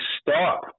stop